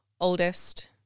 oldest